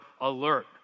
alert